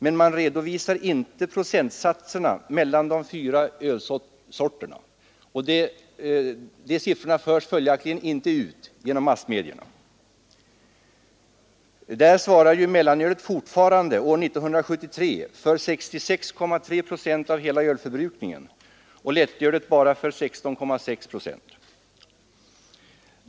Men man redovisar inte det procentuella förhållandet mellan de fyra ölsorterna. De siffrorna förs följaktligen inte ut genom massmedia. Mellanölet svarade år 1973 fortfarande för 66,3 procent av hela ölförbrukningen och lättölet för bara 16,6 procent.